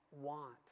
want